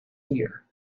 here